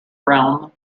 realm